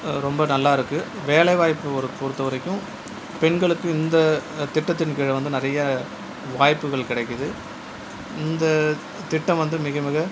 ரொம்ப நல்லாயிருக்கு வேலைவாய்ப்பு பொறுத்தவரைக்கும் பெண்களுக்கு இந்த திட்டத்தின் கீழ் வந்து நிறைய வாய்ப்புகள் கிடைக்குது இந்த திட்டம் வந்து மிக மிக